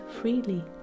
freely